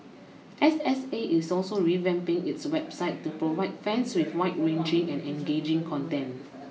S S A is also revamping its website to provide fans with wide ranging and engaging content